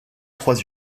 trois